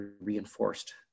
reinforced